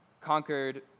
conquered